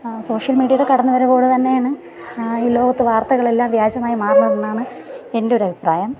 social മീഡിയയുടെ കടന്നുവരവോടുകൂടിത്തന്നെയാണ് ഈ ലോകത്ത് വാർത്തകളെല്ലാം വ്യാജമായി മാറുന്നു എന്നാണ് എൻ്റെ ഒരു അഭിപ്രായം